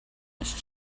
much